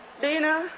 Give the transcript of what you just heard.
Dina